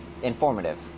informative